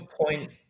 point